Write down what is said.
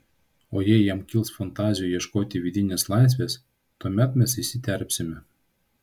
o jei jam kils fantazijų ieškoti vidinės laisvės tuomet mes įsiterpsime